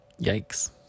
Yikes